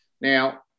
Now